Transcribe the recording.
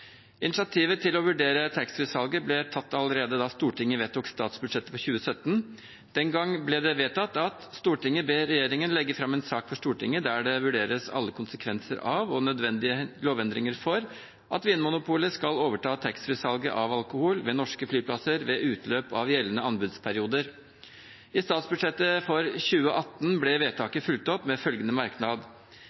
Initiativet til å vurdere taxfree-salget ble tatt allerede da Stortinget vedtok statsbudsjettet for 2017. Den gang ble følgende vedtatt: «Stortinget ber regjeringen legge frem en sak for Stortinget der det vurderes alle konsekvenser av og nødvendige lovendringer for at Vinmonopolet skal overta taxfree-salget av alkohol ved norske flyplasser ved utløp av gjeldende anbudsperioder.» I statsbudsjettet for 2018 ble vedtaket fulgt opp med følgende merknad: